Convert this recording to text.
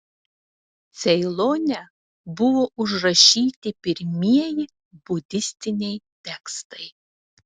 ceilone buvo užrašyti pirmieji budistiniai tekstai